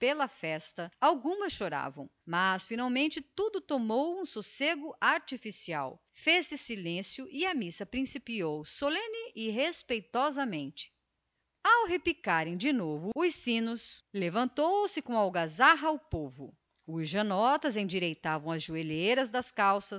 pela festa algumas choravam mas finalmente tudo tomou um sossego artificial fez-se silêncio e a missa principiou solene ao som do órgão ao repicarem de novo os sinos toda a gente se levantou com algazarra os rapazes endireitavam as joelheiras das calças